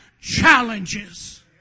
challenges